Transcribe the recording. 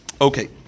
Okay